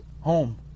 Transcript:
home